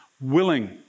willing